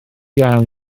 iawn